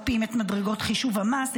מקפיאים את מדרגות חישוב המס,